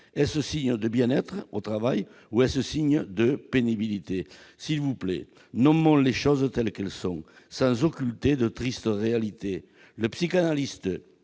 est-ce un signe de bien-être au travail ou est-ce un signe de pénibilité ? S'il vous plaît, nommons les choses telles qu'elles sont, sans occulter de tristes réalités ! Le psychanalyste